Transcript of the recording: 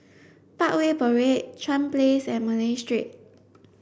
Parkway Parade Chuan Place and Malay Street